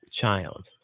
child